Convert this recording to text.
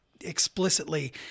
explicitly